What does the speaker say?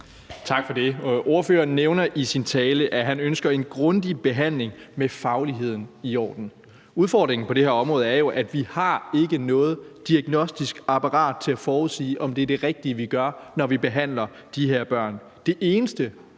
Tak for det. Ordføreren nævner i sin tale, at han ønsker en grundig behandling med fagligheden i orden. Udfordringen på det her område er jo, at vi ikke har noget diagnostisk apparat til at forudsige, om det er det rigtige, vi gør, når vi behandler de her børn. Det eneste